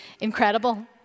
incredible